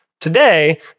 Today